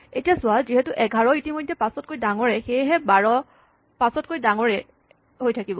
এতিয়া চোৱা যিহেতু ১১ ইতিমধ্যে ৫ তকৈ ডাঙৰেই সেয়েহে ১২ ৫ তকৈ ডাঙৰেই হৈ থাকিব